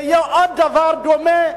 זה יהיה עוד דבר דומה.